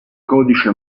codice